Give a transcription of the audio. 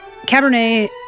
Cabernet